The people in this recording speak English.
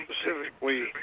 specifically